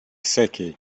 saké